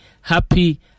happy